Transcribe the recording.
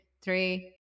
three